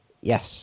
yes